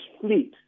fleet